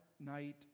night